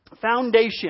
foundation